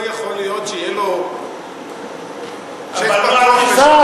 יהודי, לא יכול להיות שיהיה לו צ'ק פתוח לשבת?